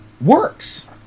works